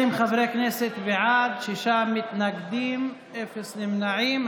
20 חברי כנסת בעד, שישה מתנגדים, אפס נמנעים.